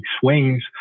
swings